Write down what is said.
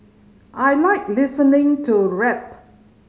I like listening to rap